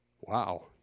Wow